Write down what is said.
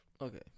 Okay